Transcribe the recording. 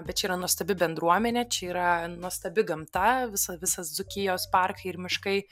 bet čia yra nuostabi bendruomenė čia yra nuostabi gamta visa visas dzūkijos parkai ir miškai